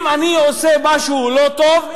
אם אני עושה משהו לא טוב,